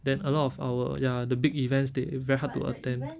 then a lot of our ya the big events they are very hard to attend